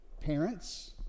Parents